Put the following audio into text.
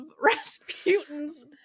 Rasputin's